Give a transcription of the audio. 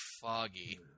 foggy